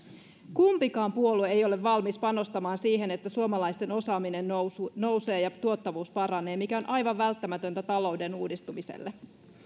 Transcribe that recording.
kumpikaan puolue ei ole valmis panostamaan siihen että suomalaisten osaaminen nousee ja tuottavuus paranee mikä on aivan välttämätöntä talouden uudistumiselle